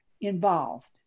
involved